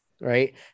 right